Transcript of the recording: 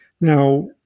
Now